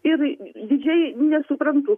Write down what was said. ir dydžiai nesuprantu